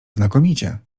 znakomicie